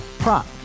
Prop